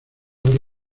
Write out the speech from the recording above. breve